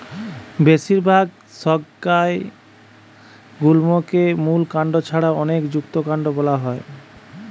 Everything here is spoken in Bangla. বেশিরভাগ সংজ্ঞায় গুল্মকে মূল কাণ্ড ছাড়া অনেকে যুক্তকান্ড বোলা হয়